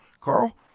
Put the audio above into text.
Carl